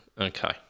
okay